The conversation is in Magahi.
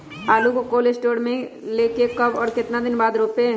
आलु को कोल शटोर से ले के कब और कितना दिन बाद रोपे?